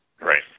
Right